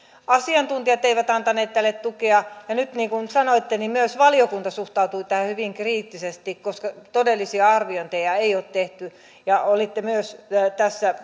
asiantuntijat eivät antaneet tälle tukea ja nyt niin kuin sanoitte myös valiokunta suhtautui tähän hyvin kriittisesti koska todellisia arviointeja ei ole tehty ja vaaditte tässä